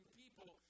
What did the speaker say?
people